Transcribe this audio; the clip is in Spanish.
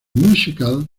musical